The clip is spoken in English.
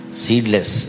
seedless